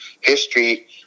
history